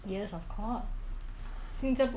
新加坡人不要生孩子 in the end